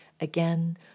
Again